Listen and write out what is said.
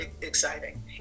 exciting